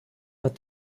hat